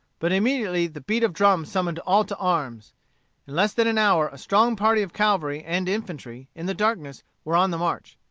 but immediately the beat of drums summoned all to arms. in less than an hour a strong party of cavalry and infantry, in the darkness, were on the march.